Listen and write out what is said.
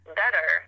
better